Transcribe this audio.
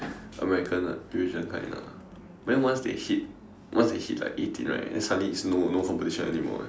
American uh Eurasian kind ah then once they hit once they hit like eighteen right then suddenly it's no no competition anymore eh